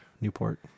newport